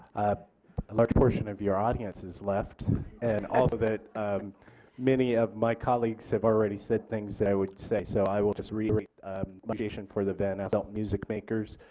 a large portion of your audience has left and also that many of my colleagues have already said things that i would say so i will just reiterate my appreciation for the van asselt music makers,